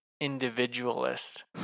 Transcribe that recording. individualist